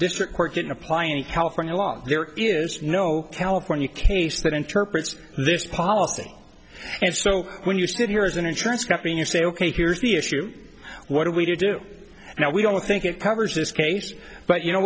district court didn't apply any california law there is no california case that interprets this policy and so when you sit here as an insurance company you say ok here's the issue what do we do now we don't think it powers this case but you know